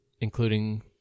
including